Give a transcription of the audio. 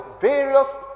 various